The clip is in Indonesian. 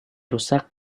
rusak